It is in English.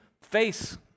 face